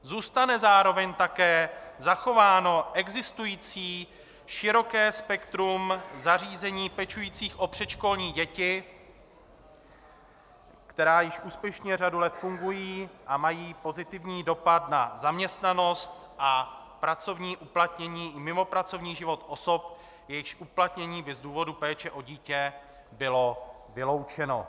Zůstane zároveň také zachováno existující široké spektrum zařízení pečujících o předškolní děti, která již úspěšně řadu let fungují a mají pozitivní dopad na zaměstnanost a pracovní uplatnění i mimopracovní život osob, jejichž uplatnění by z důvodu péče o dítě bylo vyloučeno.